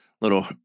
little